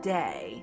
day